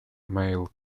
male